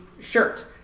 shirt